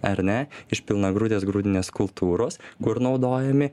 ar ne iš pilnagrudės grūdinės kultūros kur naudojami